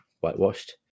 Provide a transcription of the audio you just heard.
whitewashed